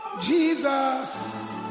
Jesus